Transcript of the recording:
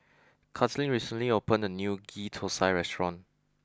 Kathleen recently opened a new Ghee Thosai restaurant